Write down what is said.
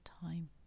time